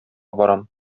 барам